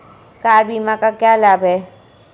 Car बीमा का क्या लाभ है?